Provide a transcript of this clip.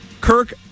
Kirk